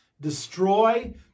destroy